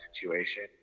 situation